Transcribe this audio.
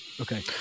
okay